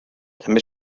també